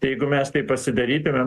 tai jeigu mes tai pasidarytumėm